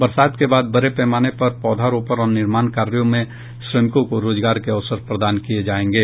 बरसात के बाद बड़े पैमाने पर पौधा रोपण और निर्माण कार्यों में श्रमिकों को रोजगार के अवसर प्रदान किये जायेंगे